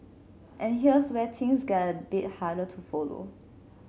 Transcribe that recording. and here's where things get a bit harder to follow